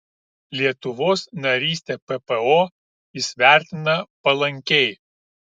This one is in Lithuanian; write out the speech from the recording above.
lietuvos narystę ppo jis vertina palankiai